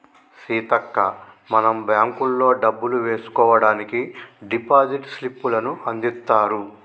సీతక్క మనం బ్యాంకుల్లో డబ్బులు వేసుకోవడానికి డిపాజిట్ స్లిప్పులను అందిత్తారు